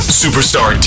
superstar